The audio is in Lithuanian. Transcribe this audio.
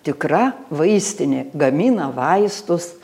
tikra vaistinė gamina vaistus